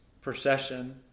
procession